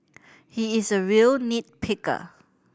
he is a real nit picker